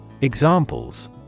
Examples